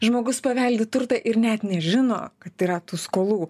žmogus paveldi turtą ir net nežino kad yra tų skolų